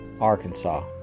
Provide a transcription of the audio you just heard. arkansas